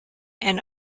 and